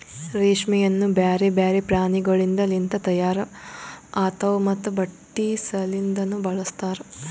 ರೇಷ್ಮೆಯನ್ನು ಬ್ಯಾರೆ ಬ್ಯಾರೆ ಪ್ರಾಣಿಗೊಳಿಂದ್ ಲಿಂತ ತೈಯಾರ್ ಆತಾವ್ ಮತ್ತ ಬಟ್ಟಿ ಸಲಿಂದನು ಬಳಸ್ತಾರ್